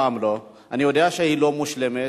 אני יודע שהיא לא מושלמת,